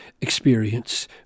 experience